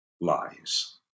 lies